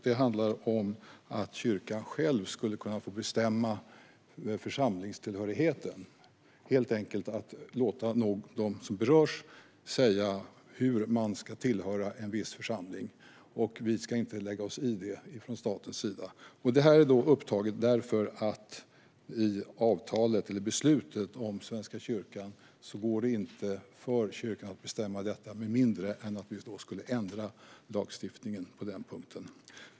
Den handlar om att kyrkan själv ska få bestämma över församlingstillhörigheten. Det handlar helt enkelt om att låta dem som berörs säga hur de ska tillhöra en viss församling. Vi ska inte lägga oss i det från statens sida. Detta har tagits upp därför att kyrkan, enligt beslutet om Svenska kyrkan, inte kan bestämma detta med mindre än att vi ändrar lagstiftningen på den punkten.